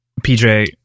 PJ